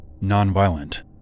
non-violent